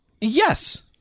Yes